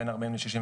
יש גבול לכל דבר.